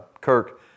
Kirk